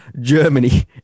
Germany